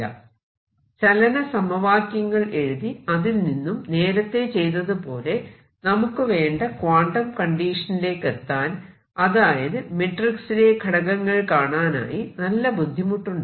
3 ചലന സമവാക്യങ്ങൾ എഴുതി അതിൽ നിന്നും നേരത്തെ ചെയ്തതുപോലെ നമുക്ക് വേണ്ട ക്വാണ്ടം കണ്ടീഷനിലേക്കെത്താൻ അതായത് മെട്രിക്സിലെ ഘടകങ്ങൾ കാണാനായി നല്ല ബുദ്ധിമുട്ടുണ്ട്